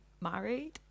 married